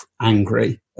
angry